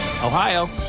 Ohio